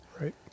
Right